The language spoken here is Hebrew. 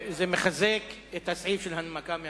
זה מחזק את הסעיף של הנמקה מהמקום.